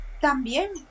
también